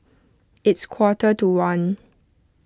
its quarter to one